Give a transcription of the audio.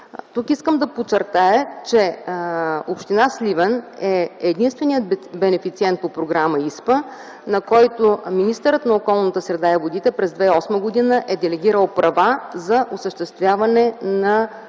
Тук искам да подчертая, че община Сливен е единственият бенефициент по Програма ИСПА, на който министърът на околната среда и водите през 2008 г. е делегирал права за осъществяване на всички